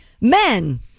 Men